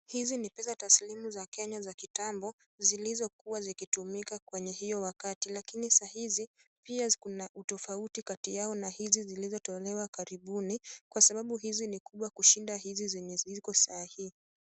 Hizi ni pesa taslimu za Kenya za kitambo zilizokuwa zikitumika kwenye hiyo wakati lakini saa hizi pia kuna utofauti kati yao na hizi zilizotolewa karibuni, kwa sababu hizi ni kubwa kushinda hizi zenye ziko saa hii.